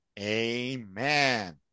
Amen